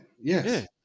Yes